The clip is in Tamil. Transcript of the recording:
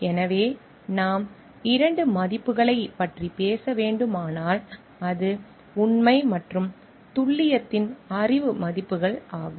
எனவே நாம் இரண்டு மதிப்புகளைப் பற்றி பேச வேண்டுமானால் அது உண்மை மற்றும் துல்லியத்தின் அறிவு மதிப்புகள் ஆகும்